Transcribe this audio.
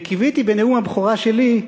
וקיוויתי, בנאום הבכורה שלי,